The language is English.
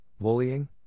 bullying